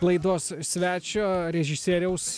laidos svečio režisieriaus